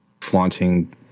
flaunting